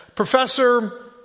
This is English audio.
professor